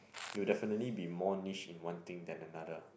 you'll definitely be more niche in one thing than another